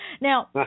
Now